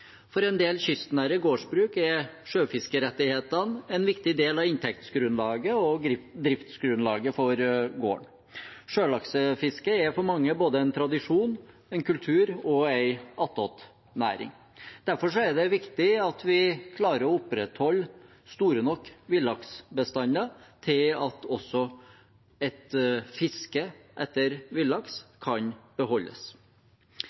For en del kystnære gårdsbruk er sjøfiskerettighetene en viktig del av inntektsgrunnlaget og driftsgrunnlaget for gården. Sjølaksefisket er for mange både en tradisjon, en kultur og en attåtnæring. Derfor er det viktig at vi klarer å opprettholde store nok villaksbestander til at også et fiske etter